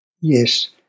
Yes